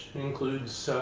includes